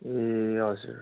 ए हजुर